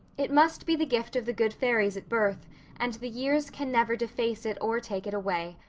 it must be the gift of the good fairies at birth and the years can never deface it or take it away.